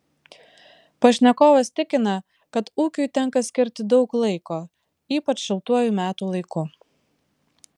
pašnekovas tikina kad ūkiui tenka skirti daug laiko ypač šiltuoju metų laiku